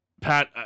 Pat